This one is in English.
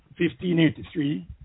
1583